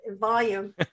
volume